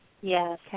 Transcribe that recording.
Yes